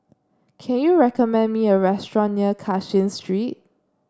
can you recommend me a restaurant near Cashin Street